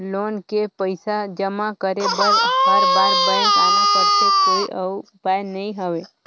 Loan के पईसा जमा करे बर हर बार बैंक आना पड़थे कोई अउ उपाय नइ हवय?